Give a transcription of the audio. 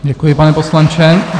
Děkuji, pane poslanče.